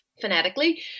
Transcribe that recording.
phonetically